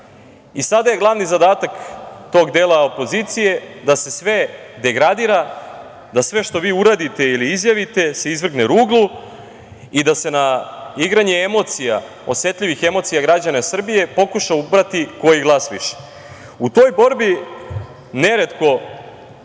Sada je glavni zadatak tog dela opozicije da se sve degradira, da sve što vi uradite ili izjavite izvrne ruglu i da se na igranje emocija, osetljivih emocija građana Srbije, pokuša ubrati koji glas više.U toj borbi neretko